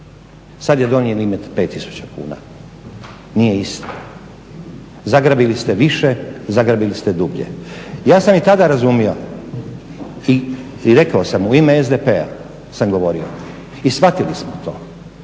sad je donji limit 5000 kuna. Nije isto. Zagrabili ste više, zagrabili ste dublje. Ja sam i tada razumio i rekao sam u ime SDP-a sam govorio i shvatili smo to,